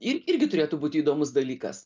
ir irgi turėtų būti įdomus dalykas